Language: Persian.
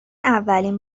اولین